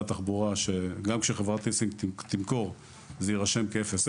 התחבורה שגם כשחברת הליסינג תמכור זה יירשם כ"00".